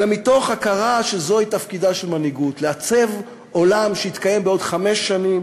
אלא מתוך הכרה שזה תפקידה של מנהיגות: לעצב עולם שיתקיים בעוד חמש שנים,